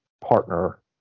partner